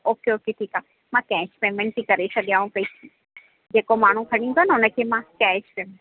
okay okay ठीकु आहे मां कैश पेमेंट थी करे छॾियांव पई जेको माण्हू खणी ईंदो न हुनखे मां कैश पेमेंट